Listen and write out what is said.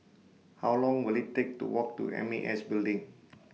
How Long Will IT Take to Walk to M A S Building